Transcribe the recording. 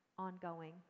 Ongoing